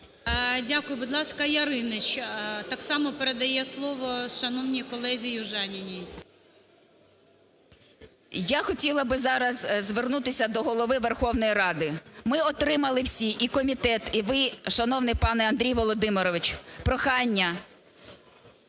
Дякую. Будь ласка, Яриніч. Так само передає слово шановній колезі Южаніній. 13:28:13 ЮЖАНІНА Н.П. Я хотіла би зараз звернутися до Голови Верховної Ради. Ми отримали всі: і комітет, і ви, шановний пан Андрій Володимирович, – прохання